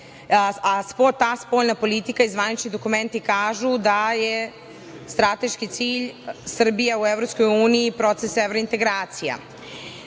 a ta spoljna politika i zvanični dokumenti kažu da je strateški cilj Srbija u EU i proces evrointegracija. Tako